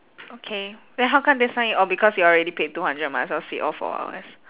okay then how come this time you orh because you already paid two hundred might as well sit all four hours